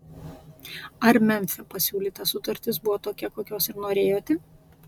ar memfio pasiūlyta sutartis buvo tokia kokios ir norėjote